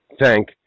thank